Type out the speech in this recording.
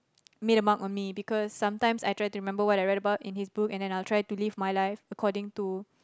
made a mark on me because sometimes I try to remember what I read about in his book and then I'll try to live my life according to